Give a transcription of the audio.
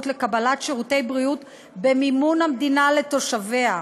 לקבלת שירותי בריאות במימון המדינה לתושביה.